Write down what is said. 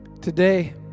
Today